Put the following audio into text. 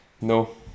No